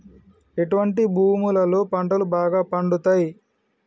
ఎటువంటి భూములలో పంటలు బాగా పండుతయ్?